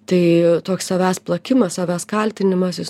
tai toks savęs plakimas savęs kaltinimas jis